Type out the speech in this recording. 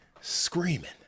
screaming